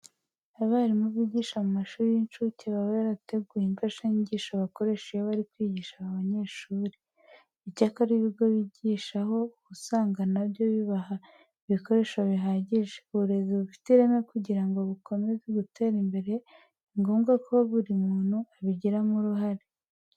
Abarimu bigisha mu mashuri y'incuke baba barateguye imfashanyigisho bakoresha iyo bari kwigisha aba banyeshuri. Icyakora ibigo bigishaho uba usanga na byo bibaha ibikoresho bihagije. Uburezi bufite ireme kugira ngo bukomeze gutera imbere ni ngombwa ko buri muntu abigiramo uruhare.